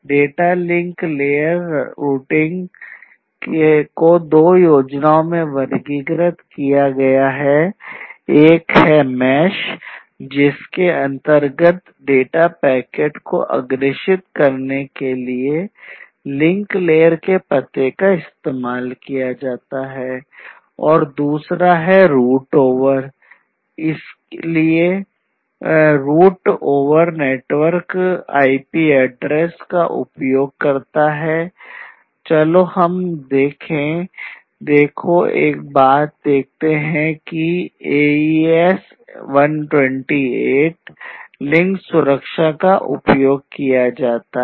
data link layer routing को दो योजनाओं में वर्गीकृत किया गया है एक है मैष का उपयोग किया जाता है